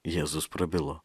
jėzus prabilo